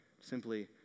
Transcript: simply